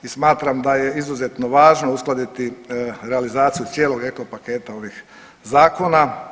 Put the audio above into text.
I smatram da je izuzetno važno uskladiti realizaciju cijelog eko paketa ovih zakona.